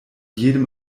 jedem